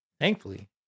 Thankfully